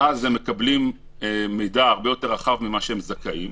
ואז הם גם מקבלים מידע הרבה יותר רחב ממה שהם זכאים.